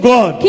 God